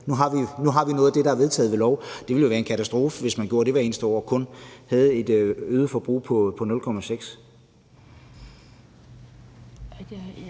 vi skal ikke komme over det. Det ville jo være en katastrofe, hvis man gjorde det hvert eneste år, så man kun havde et øget forbrug på 0,6